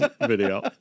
video